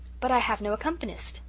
but i have no accompanist,